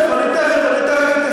אני תכף אתייחס.